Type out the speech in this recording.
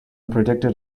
predicted